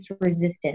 resistance